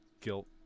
guilt